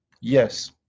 yes